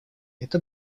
это